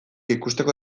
ikusteko